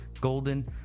golden